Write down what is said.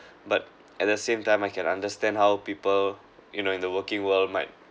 but at the same time I can understand how people you know in the working world might